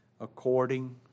According